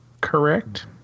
correct